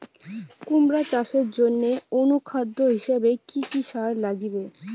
কুমড়া চাষের জইন্যে অনুখাদ্য হিসাবে কি কি সার লাগিবে?